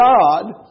God